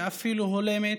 ואפילו הולמת,